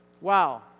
Wow